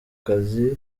kazi